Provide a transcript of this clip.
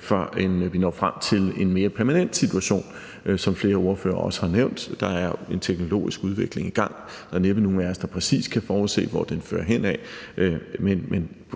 før end man når frem til en mere permanent situation, hvad flere ordførere også har nævnt. Der er jo en teknologisk udvikling i gang, og der er næppe nogen af os, der præcis kan forudse, hvor den fører hen ad,